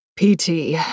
PT